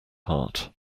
heart